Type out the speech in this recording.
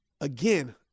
again